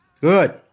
good